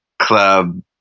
club